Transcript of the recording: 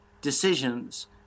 decisions